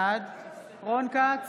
בעד רון כץ,